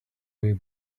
way